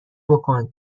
بکن